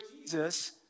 Jesus